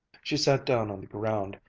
she sat down on the ground,